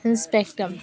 in spectrum